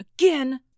again